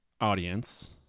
audience